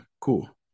cool